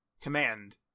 command